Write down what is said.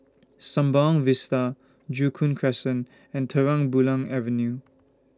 Sembawang Vista Joo Koon Crescent and Terang Bulan Avenue